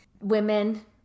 women